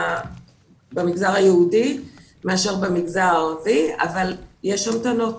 35 אחוזים מהמופנים שהם מהמגזר הערבי יש לי פחות,